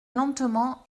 lentement